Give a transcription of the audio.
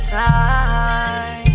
time